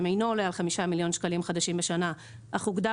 אינו עולה על חמישה מיליון שקלים חדשים בשנה אך הוגדר